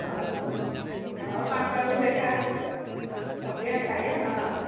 ହଉ ହଉ ପାଞ୍ଚଟା ବେଳକୁ ଦେଖ ଖଟିବା ଖାଇବା ହଁ